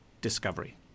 discovery